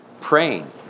praying